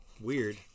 Weird